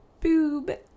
boob